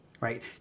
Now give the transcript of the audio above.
right